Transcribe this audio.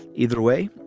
either way,